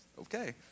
okay